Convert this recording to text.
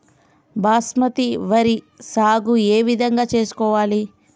బాస్మతి వరి సాగు ఏ విధంగా చేసుకోవాలి?